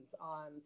on